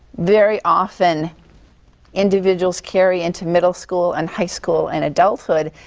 very often individuals carry into middle school and high school and adulthood,